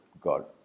God